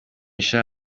cha